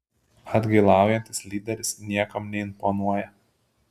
atgailaujantis lyderis niekam neimponuoja